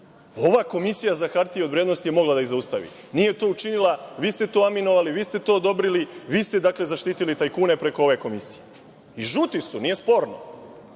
Komisija za hartije od vrednosti mogla je da ih zaustavi. Nije to učinila. Vi ste to aminovali, vi ste to odobrili, vi ste dakle zaštitili tajkune preko ove komisije. I, žuti su, nije sporno,